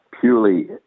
purely